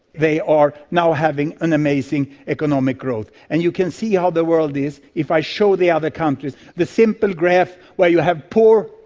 they are now having an amazing economic growth. and you can see how the world is, if i show the other countries, the simple graph where you have poor,